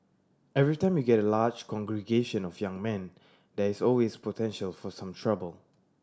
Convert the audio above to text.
every time you get a large congregation of young men there is always potential for some trouble